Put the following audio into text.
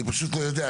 אני פשוט לא יודע,